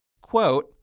quote